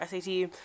SAT